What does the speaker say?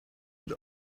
and